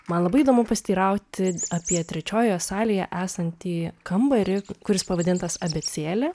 man labai įdomu pasiteirauti apie trečiojoje salėje esantį kambarį kuris pavadintas abėcėlė